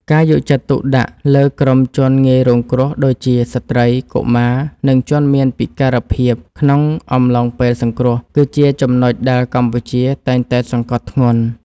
ការយកចិត្តទុកដាក់លើក្រុមជនងាយរងគ្រោះដូចជា ស្ត្រី កុមារ និងជនមានពិការភាពក្នុងអំឡុងពេលសង្គ្រោះ គឺជាចំណុចដែលកម្ពុជាតែងតែសង្កត់ធ្ងន់។